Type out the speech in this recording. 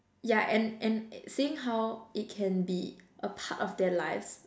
yeah and and seeing how it can be a part of their lives